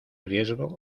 riesgo